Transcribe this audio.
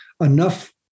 enough